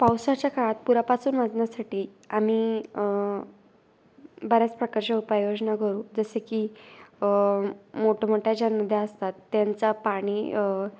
पावसाच्या काळात पुरापासून वाजण्या्साटी आमी बऱ्याच प्रकारच्या उपायोजना करू जसे की मोठमोठ्या ज्या नद्या असतात त्यांचा पाणी